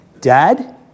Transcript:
Dad